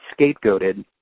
scapegoated